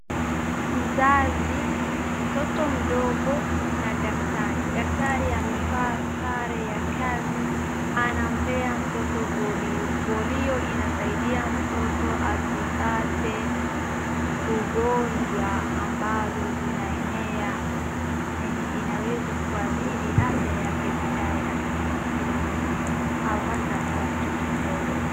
Mzazi, mtoto mdogo na daktari . Daktari amevaa sare ya kazi anampee mtoto polio. Polio inasaidia mtoto asipate ugonjwa ambazo zinaenea inaweza kuadhiri afya yake baadaye akikuwa mzima au hata akiwa mtoto mdogo.